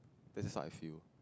that is what I feel